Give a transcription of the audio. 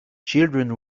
children